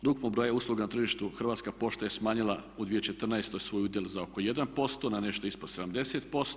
Od ukupnog broja usluga na tržištu Hrvatska pošta je smanjila u 2014. svoj udjel za oko 1%, na nešto ispod 70%